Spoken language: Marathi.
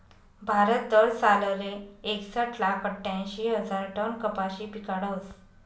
भारत दरसालले एकसट लाख आठ्यांशी हजार टन कपाशी पिकाडस